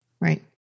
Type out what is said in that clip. Right